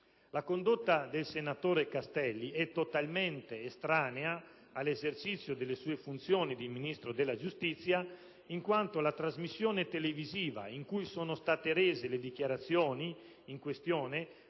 descritta dell'onorevole Castelli ... è ... totalmente estranea all'esercizio delle sue funzioni di Ministro della giustizia, in quanto la trasmissione televisiva in cui sono state rese le dichiarazioni di cui